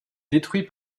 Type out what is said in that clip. détruit